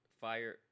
fire